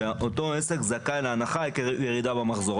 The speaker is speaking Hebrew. רשות מקומית מקבלת הודעה שאותו עסק זכאי להנחה עקב ירידה במחזור.